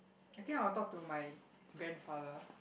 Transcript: I think I will talk to my grandfather